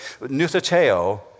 nuthateo